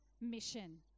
mission